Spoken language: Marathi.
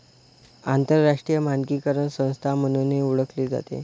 आंतरराष्ट्रीय मानकीकरण संस्था म्हणूनही ओळखली जाते